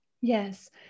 Yes